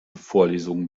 vorlesungen